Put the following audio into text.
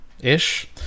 ish